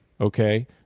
okay